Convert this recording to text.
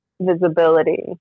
visibility